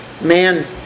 Man